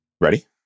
Ready